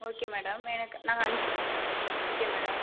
okay madam எனக்கு நாங்கள் அஞ்சு ஓகே மேடம்